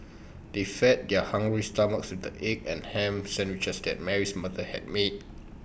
they fed their hungry stomachs with the egg and Ham Sandwiches that Mary's mother had made